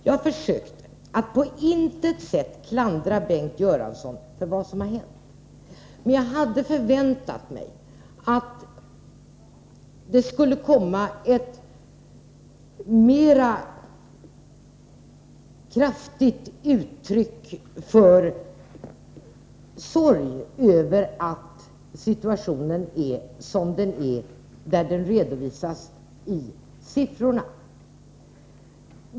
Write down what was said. Jag försökte att på intet sätt klandra Bengt Göransson för vad som har hänt. Men jag hade från honom väntat mig ett mera kraftigt uttryck för beklagande över att situationen är som den är, där den redovisas i siffror.